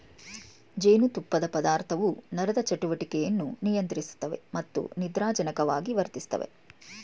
ಜೇನುತುಪ್ಪದ ಪದಾರ್ಥವು ನರದ ಚಟುವಟಿಕೆಯನ್ನು ನಿಯಂತ್ರಿಸುತ್ತವೆ ಮತ್ತು ನಿದ್ರಾಜನಕವಾಗಿ ವರ್ತಿಸ್ತವೆ